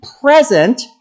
present